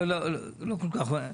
לא כל כך הבנתי.